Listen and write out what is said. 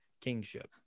kingship